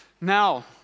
Now